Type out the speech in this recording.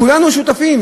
כולנו שותפים,